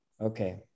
Okay